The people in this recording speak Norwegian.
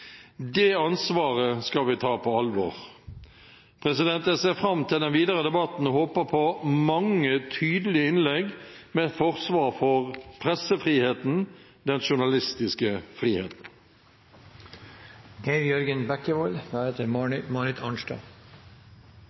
Det ansvaret skal vi ta på alvor. Jeg ser fram til den videre debatten og håper på mange tydelige innlegg med forsvar for pressefriheten – den journalistiske friheten.